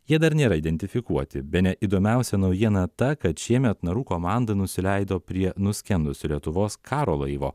jie dar nėra identifikuoti bene įdomiausia naujiena ta kad šiemet narų komanda nusileido prie nuskendusio lietuvos karo laivo